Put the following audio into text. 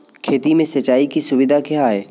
खेती में सिंचाई की सुविधा क्या है?